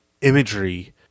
imagery